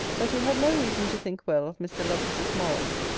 that he had no reason to think well of mr. lovelace's morals,